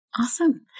awesome